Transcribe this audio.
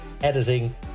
editing